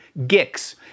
GIX